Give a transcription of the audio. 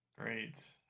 Great